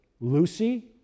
lucy